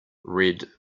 red